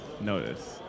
Notice